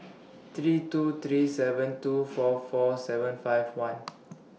three two three seven two four four seven five one